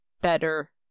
better